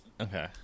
okay